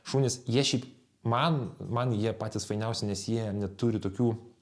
šunys jie šiaip man man jie patys fainiausi nes jie neturi tokių